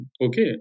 okay